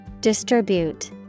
Distribute